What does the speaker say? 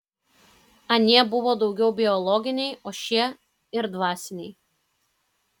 anie buvo daugiau biologiniai o šie ir dvasiniai